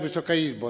Wysoka Izbo!